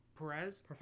Perez